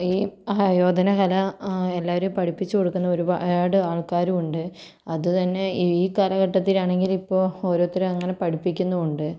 ഈ ആയോധനകല എല്ലാവരും പഠിപ്പിച്ചു കൊടുക്കുന്ന ഒരുപാട് ആൾക്കാരും ഉണ്ട് അത് തന്നെ ഈ കാലഘട്ടത്തിലാണെങ്കിൽ ഇപ്പോൾ ഓരോരുത്തരും അങ്ങനെ പഠിപ്പിക്കുന്നുമുണ്ട്